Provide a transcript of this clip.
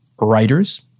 writers